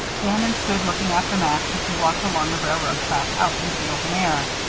bannon stood looking after max as he walked along the railroad track out into the open air.